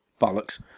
bollocks